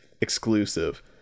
exclusive